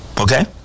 Okay